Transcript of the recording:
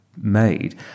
made